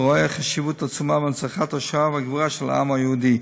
הרואה חשיבות עצומה בהנצחת זכר השואה והגבורה של העם היהודי.